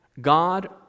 God